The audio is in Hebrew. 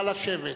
נא לשבת.